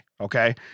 Okay